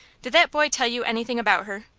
did that boy tell you anything about her?